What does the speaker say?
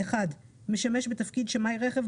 משמש בתפקיד שדמאי רכב,